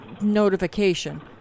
notification